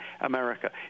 America